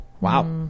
Wow